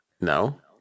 No